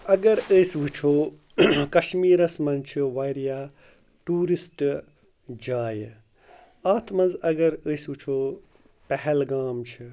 اگر أسۍ وٕچھو کشمیٖرَس منٛز چھُ واریاہ ٹوٗرِسٹ جایہِ اَتھ منٛز اگر أسۍ وٕچھو پہلگام چھِ